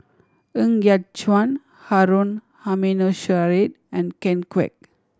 Ng Yat Chuan Harun Aminurrashid and Ken Kwek